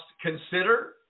consider